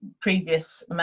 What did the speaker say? previous